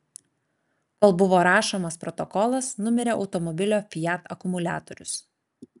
kol buvo rašomas protokolas numirė automobilio fiat akumuliatorius